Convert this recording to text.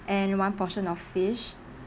and one portion of fish